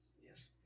Yes